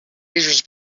razors